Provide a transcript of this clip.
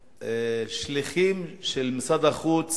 ששליחים של משרד החוץ